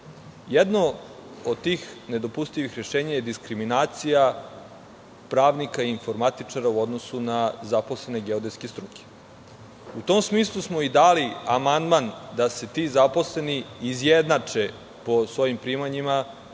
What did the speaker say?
Jedno od tih nedopustivih rešenja je diskriminacija pravnika i informatičara u odnosu na zaposlene geodetske struke. U tom smislu smo i dali amandman da se ti zaposleni izjednače po svojim primanjima